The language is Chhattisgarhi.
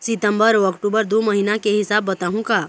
सितंबर अऊ अक्टूबर दू महीना के हिसाब बताहुं का?